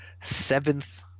seventh